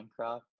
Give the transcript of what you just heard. Minecraft